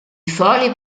fori